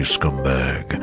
Scumbag